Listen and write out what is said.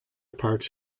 parks